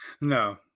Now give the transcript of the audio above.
No